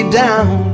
down